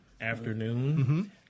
afternoon